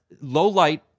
low-light